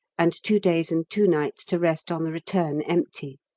and two days and two nights to rest on the return empty.